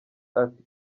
ati